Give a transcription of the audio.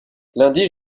lundi